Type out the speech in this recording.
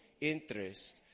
interest